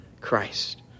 Christ